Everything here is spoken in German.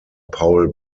paul